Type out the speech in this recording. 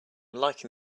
liking